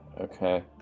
Okay